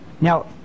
now